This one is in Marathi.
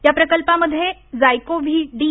या प्रकल्पामध्ये जायकोव्ही डी